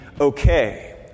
okay